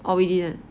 or we didn't